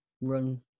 run